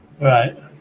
Right